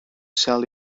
sell